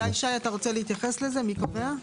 שי, אתה רוצה להתייחס לשאלה מי קובע?